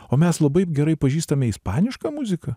o mes labai gerai pažįstame ispanišką muziką